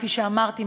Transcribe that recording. כפי שאמרתי,